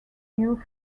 new